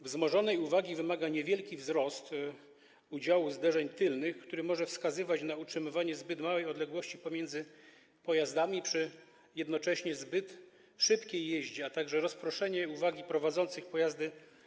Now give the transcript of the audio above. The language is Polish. Większej uwagi wymaga niewielki wzrost udziału zderzeń tylnych, który może wskazywać na utrzymywanie zbyt małej odległości pomiędzy pojazdami przy jednocześnie zbyt szybkiej jeździe, a także rozproszenie uwagi prowadzących pojazdy.